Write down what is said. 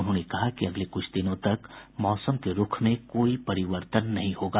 उन्होंने कहा कि अगले कुछ दिनों तक मौसम के रूख में कोई परिवर्तन नहीं होगा